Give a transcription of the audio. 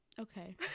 Okay